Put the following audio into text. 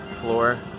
floor